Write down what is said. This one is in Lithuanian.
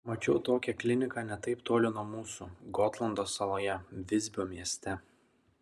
mačiau tokią kliniką ne taip toli nuo mūsų gotlando saloje visbio mieste